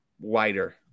wider